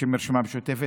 בשם הרשימה המשותפת,